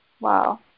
Wow